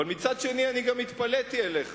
אבל מצד שני גם התפלאתי עליך,